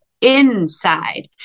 inside